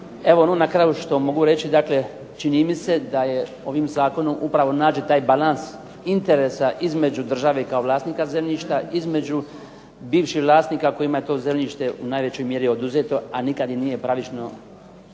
Evo, na kraju što mogu reći čini mi se da je ovim zakonom upravo nađen taj balans između interesa između države kao vlasnika zemljišta, bivših vlasnika kojima je to zemljište u najvećoj mjeri oduzeto a nikada im nije pravično